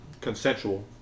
Consensual